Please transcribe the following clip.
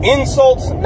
Insults